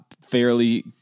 fairly